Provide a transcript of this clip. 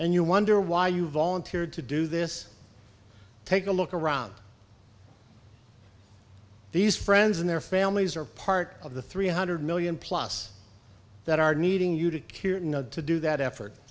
and you wonder why you volunteered to do this take a look around these friends and their families are part of the three hundred million plus that are needing you to cure to do that effort